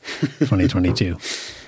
2022